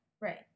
Right